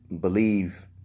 believe